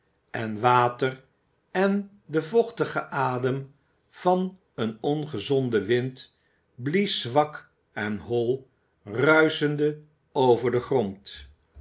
en water en de vochtige adem van een ongezonden wind blies zwak en hol ruischende over den grond